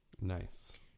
Nice